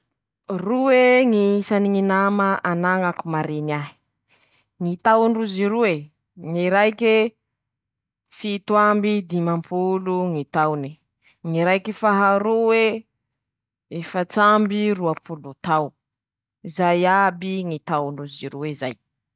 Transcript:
Ñy vokatsiny ñy faharetany ñy fivelomany ñ'olo taloha, nohony ñy aminy zao fotoa zao, aminy ñy fiarahamonina, aminy ñy fitsaboa soa mare, ñy fitomboany ñy isany ñy olobe noho ñy antitsy; misy fiatraikany zay aminy ñy toe-karena noho aminyñy fihenany ñy vokatsy; manahaky anizay koa ñy fitomboany ñy fiahia noho ñy fañampia ara-tsosialy; ñy fiovany ñy fomba fiai ña noho ñy fianakavia, misy ñy fandamina hafahafa.